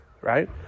right